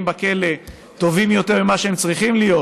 בכלא טובים יותר ממה שהם צריכים להיות,